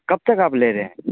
کب تک آپ لے رہے ہیں